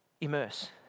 Immerse